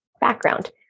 background